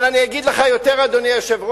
אבל אני אגיד לך יותר, אדוני היושב-ראש: